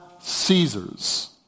Caesar's